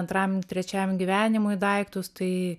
antram trečiam gyvenimui daiktus tai